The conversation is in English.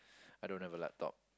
I don't have a laptop